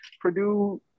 Purdue